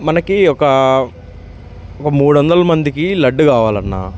మనకీ ఒక ఒక మూడొందల మందికి లడ్డూ కావాలన్నా